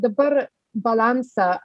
dabar balansą